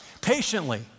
Patiently